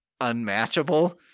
unmatchable